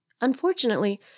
Unfortunately